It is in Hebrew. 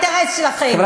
לא דיברת על האינטרס שלכם,